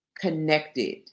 connected